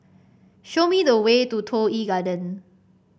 show me the way to Toh Yi Garden